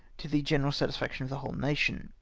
to the general satisfaction of the whole nation.